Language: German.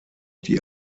die